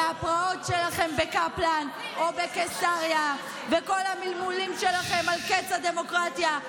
מהפרעות שלכם בקפלן או בקיסריה ומכל המלמולים שלכם על קץ הדמוקרטיה,